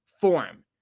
form